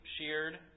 sheared